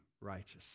righteous